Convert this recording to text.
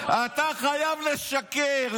אתה חייב לשקר,